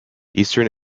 eastern